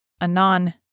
Anon